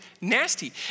nasty